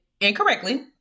incorrectly